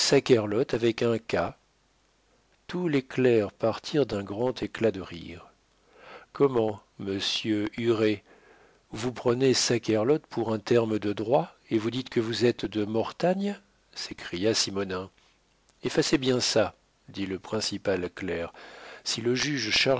avec un k tous les clercs partirent d'un grand éclat de rire comment monsieur huré vous prenez saquerlotte pour un terme de droit et vous dites que vous êtes de mortagne s'écria simonnin effacez bien ça dit le principal clerc si le juge